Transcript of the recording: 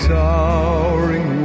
towering